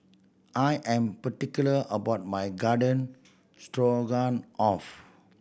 I am particular about my Garden Stroganoff